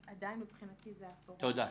אבל עדיין מבחינתי זה הפורום הרלוונטי.